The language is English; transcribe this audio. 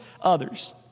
others